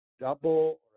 double